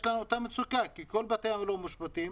את אותה מצוקה כי כל בתי המלון מושבתים.